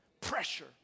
Pressure